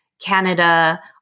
Canada